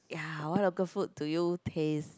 ya what local food do you taste